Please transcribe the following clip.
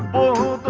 o